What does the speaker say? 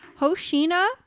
Hoshina